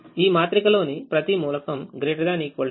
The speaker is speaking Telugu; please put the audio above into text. ఈ మాత్రికలోని ప్రతి మూలకం ≥ 0